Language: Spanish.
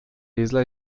isla